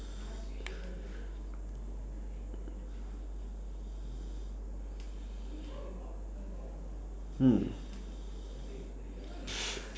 mm